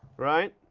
right?